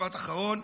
משפט אחרון,